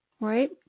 right